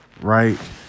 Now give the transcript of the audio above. right